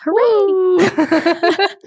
Hooray